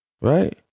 right